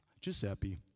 Giuseppe